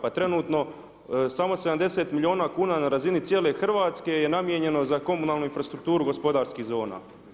Pa trenutno samo 70 miliona kuna na razini cijele Hrvatske je namijenjeno za komunalnu infrastrukturu gospodarskih zona.